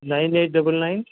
nine eight double nine